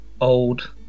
old